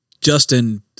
Justin